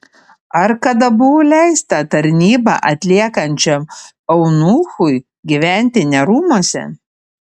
ar kada buvo leista tarnybą atliekančiam eunuchui gyventi ne rūmuose